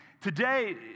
Today